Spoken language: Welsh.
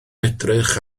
edrych